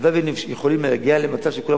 הלוואי שהיינו יכולים להגיע למצב שכולם